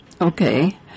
Okay